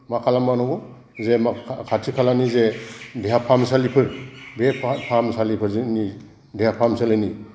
मा खालामबावनांगौ जे मा खाथि खालानि जे देहा फाहामसालिफोर बे फाहा फाहामसालिफोर जोंनि देहा फाहामसालिनि